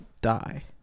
die